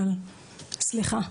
אבל סליחה,